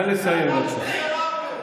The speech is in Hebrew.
אתם הצעתם,